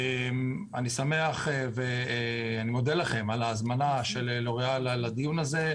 אני שמח ומודה לכם על ההזמנה של לוריאל לדיון הזה,